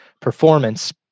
performance